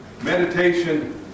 Meditation